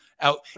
out